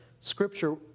Scripture